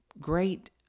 great